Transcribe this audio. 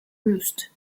roost